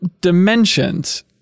dimensions